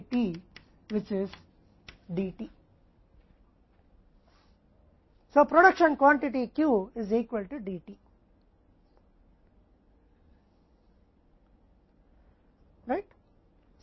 इसलिए उत्पादन मात्रा Q D T सही के बराबर है